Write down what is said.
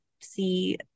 see